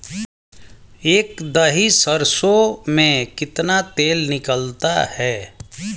एक दही सरसों में कितना तेल निकलता है?